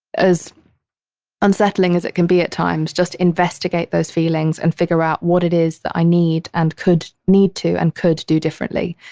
as unsettling as it can be at times, just investigate those feelings and figure out what it is that i need and could need to and could do differently.